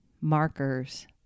markers